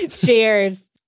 Cheers